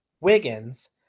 Wiggins